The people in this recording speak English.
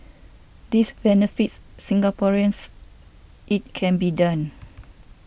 this benefits Singaporeans it can be done